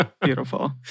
Beautiful